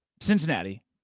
Cincinnati